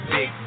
Big